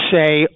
say